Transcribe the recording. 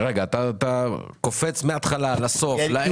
רגע, אתה קופץ מההתחלה לסוף, לאמצע.